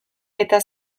eta